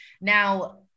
Now